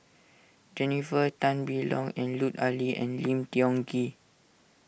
Jennifer Tan Bee Leng Lut Ali and Lim Tiong Ghee